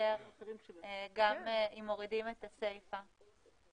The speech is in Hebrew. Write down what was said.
מתאפשר גם אם מורידים את הסיפה.